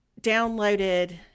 downloaded